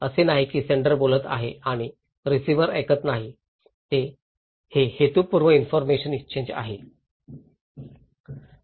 असे नाही की सेंडर बोलत आहेत आणि रिसिव्हर ऐकत नाही हे हेतूपूर्ण इन्फॉरमेशनची एक्सचेन्ज आहे